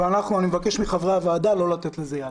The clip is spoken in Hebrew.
אני מבקש מחברי הוועדה לא לתת לזה יד.